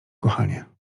kochanie